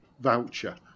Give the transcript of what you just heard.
voucher